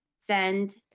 Send